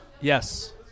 Yes